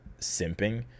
simping